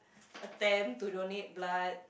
attempt to donate blood